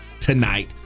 tonight